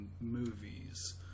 movies